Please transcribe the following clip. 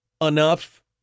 enough